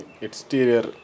Exterior